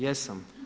Jesam.